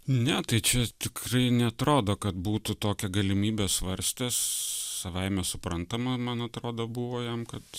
ne tai čia tikrai neatrodo kad būtų tokią galimybę svarstęs savaime suprantama man atrodo buvo jam kad